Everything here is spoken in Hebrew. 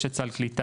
יש את סל קליטה,